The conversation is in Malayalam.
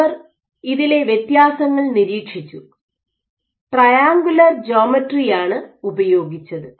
അവർ ഇതിലെ വ്യത്യാസങ്ങൾ നിരീക്ഷിച്ചു ട്രയങ്കുലർ ജോമട്രിയാണ് ഉപയോഗിച്ചത്